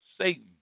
Satan